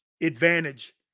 Advantage